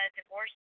divorce